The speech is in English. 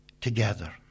together